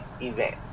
event